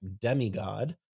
demigod